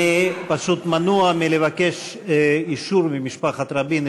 אני פשוט מנוע מלבקש אישור ממשפחת רבין.